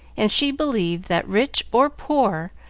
and she believed that, rich or poor,